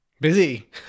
Busy